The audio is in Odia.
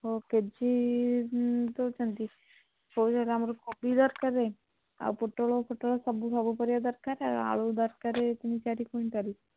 ଆଉ କେଜି ଆମର କୋବି ଦରକାର ଆଉ ପୋଟଳ ଫୋଟଳ ସବୁ ସବୁ ପରିବା ଦରକାର ଆଳୁ ଦରକାର ତିନି ଚାରି କୁଇଣ୍ଟାଲ